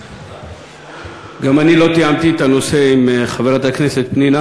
אדוני היושב-ראש, חברי הכנסת, אני